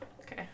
Okay